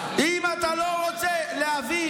לא יודע,